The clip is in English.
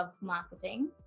marketing